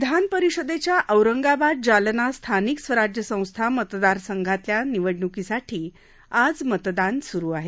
विधानपरिषदेच्या औरंगाबाद जालना स्थानिक स्वराज्य संस्था मतदारसंघातल्या निवडणुकीसाठी आज मतदान सुरु आहे